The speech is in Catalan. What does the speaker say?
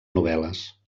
novel·les